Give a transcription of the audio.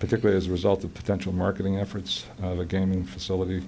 particularly as a result of potential marketing efforts of the gaming facility